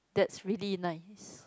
that's really nice